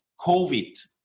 COVID